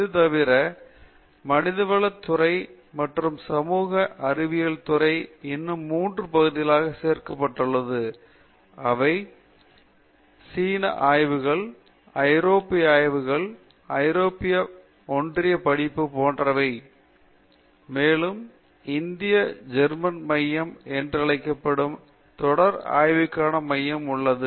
இது தவிர மனிதவளத் துறை மற்றும் சமூக அறிவியல் துறை இன்னும் 3 பகுதிகளாக சேர்க்கப்பட்டுள்ளது அவை சீனா ஆய்வுகள் ஐரோப்பிய ஆய்வுகள் ஐரோப்பிய ஒன்றியப் படிப்பு போன்றவை மேலும் இந்திய ஜேர்மன் மையம் என்றழைக்கப்படும் தொடர் ஆய்விற்கான மையம் உள்ளது